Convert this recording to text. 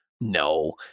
no